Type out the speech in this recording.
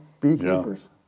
beekeepers